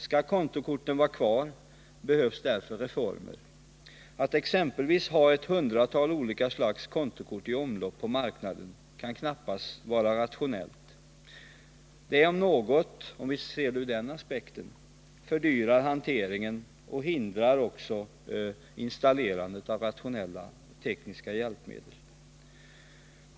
Skall kontokorten vara kvar behövs därför reformer. Att exempelvis ha ett hundratal olika kontokort i omlopp på marknaden kan knappast vara rationellt. Det om något — om vi ser det ur den aspekten — fördyrar hanteringen och förhindrar installerandet av rationella tekniska hjälpmedel.